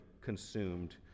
consumed